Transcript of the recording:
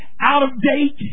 out-of-date